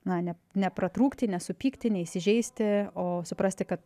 na ne nepratrūkti nesupykti neįsižeisti o suprasti kad